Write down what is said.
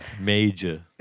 Major